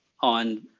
on